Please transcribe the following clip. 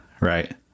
Right